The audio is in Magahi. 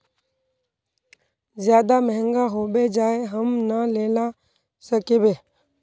ज्यादा महंगा होबे जाए हम ना लेला सकेबे?